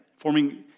forming